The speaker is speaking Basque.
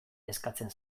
eskatzen